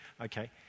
okay